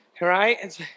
right